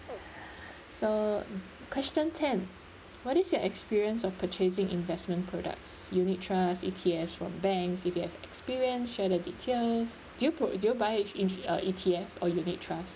so question ten what is your experience of purchasing investment products unit trust E_T_F from banks if you have experience share the details do you pro~ do you buy it in uh E_T_F or unit trust